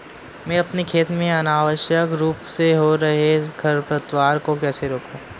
मैं अपने खेत में अनावश्यक रूप से हो रहे खरपतवार को कैसे रोकूं?